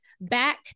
back